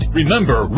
Remember